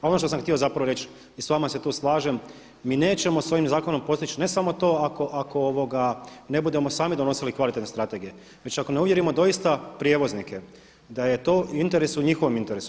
Ono što sam htio zapravo reći i s vama se tu slažem mi nećemo s ovim zakonom postići ne samo to ako ne budemo sami donosili kvalitetne strategije, već ako ne uvjerimo doista prijevoznike da je to u interesu, njihovom interesu.